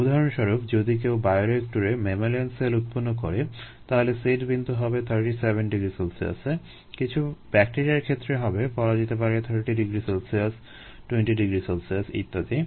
উদাহরণস্বরূপ যদি কেউ বায়োরিয়েক্টরে ম্যামালিয়ান সেল উৎপন্ন করে তাহলে সেট বিন্দু হবে 37 ºC এ কিছু ব্যাক্টেরিয়ার ক্ষেত্রে হবে বলা যেতে পারে 30 ºC 28 ºC ইত্যাদি